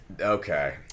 Okay